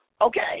okay